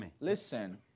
Listen